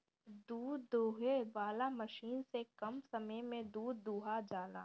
दूध दूहे वाला मशीन से कम समय में दूध दुहा जाला